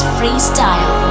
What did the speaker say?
Freestyle